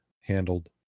handled